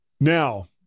Now